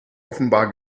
offenbar